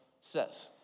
says